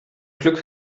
glück